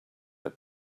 had